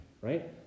right